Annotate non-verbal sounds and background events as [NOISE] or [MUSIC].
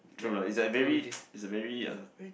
true lah it's like very [NOISE] it's very uh